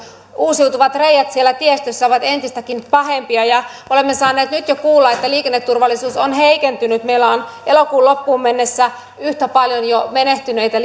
uusiutuvat reiät siellä tiestössä ovat entistäkin pahempia olemme saaneet nyt jo kuulla että liikenneturvallisuus on heikentynyt meillä on elokuun loppuun mennessä yhtä paljon jo menehtyneitä